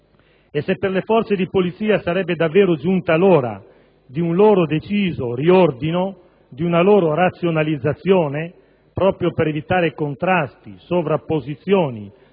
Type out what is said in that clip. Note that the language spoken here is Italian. E se per le forze di polizia sarebbe davvero giunta l'ora di un loro deciso riordino, di una loro razionalizzazione, proprio per evitare contrasti, sovrapposizioni